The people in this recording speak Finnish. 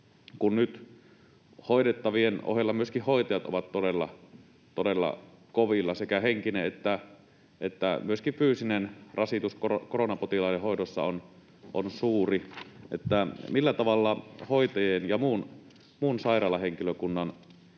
kun nyt hoidettavien ohella myöskin hoitajat ovat todella kovilla — sekä henkinen että fyysinen rasitus koronapotilaiden hoidossa on suuri — millä tavalla voitaisiin tukea hoitajien ja muun sairaalahenkilökunnan